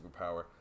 superpower